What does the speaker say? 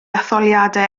etholiadau